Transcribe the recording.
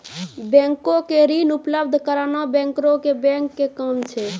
बैंको के ऋण उपलब्ध कराना बैंकरो के बैंक के काम छै